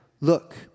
Look